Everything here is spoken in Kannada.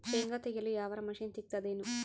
ಶೇಂಗಾ ತೆಗೆಯಲು ಯಾವರ ಮಷಿನ್ ಸಿಗತೆದೇನು?